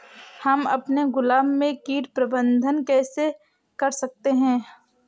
हम अपने गुलाब में कीट प्रबंधन कैसे कर सकते है?